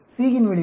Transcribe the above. C இன் விளைவு